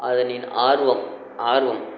அதனின் ஆர்வம் ஆர்வம்